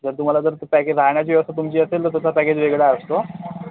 जर तुम्हाला जर पॅकेज राहण्याची व्यवस्था तुमची असेल तर तसा पॅकेज वेगळा असतो